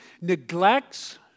neglects